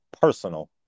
personal